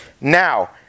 Now